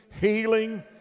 healing